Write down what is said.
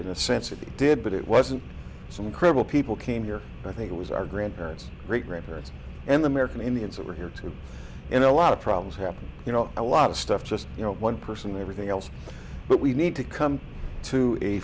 in a sense it did but it wasn't some credible people came here i think it was our grandparents great grandparents and american indians over here too in a lot of problems happen you know a lot of stuff just you know one person everything else but we need to come to a